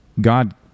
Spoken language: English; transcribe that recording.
God